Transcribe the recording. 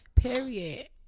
Period